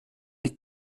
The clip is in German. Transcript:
die